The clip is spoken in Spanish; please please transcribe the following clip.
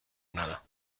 nada